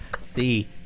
See